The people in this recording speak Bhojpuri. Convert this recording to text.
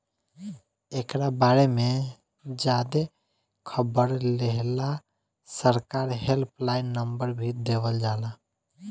एकरा बारे में ज्यादे खबर लेहेला सरकार हेल्पलाइन नंबर भी देवल जाला